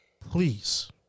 Please